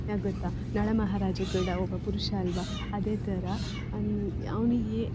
ಯಾಕೆ ಗೊತ್ತಾ ನಳಮಹಾರಾಜ ಕೂಡ ಒಬ್ಬ ಪುರುಷ ಅಲ್ಲವಾ ಅದೇ ಥರ ಅವನಿಗೆ